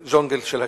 בג'ונגל של הכיבוש?